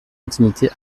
intimité